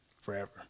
forever